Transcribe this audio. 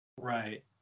Right